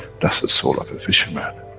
that's the soul of a fisherman,